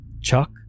chuck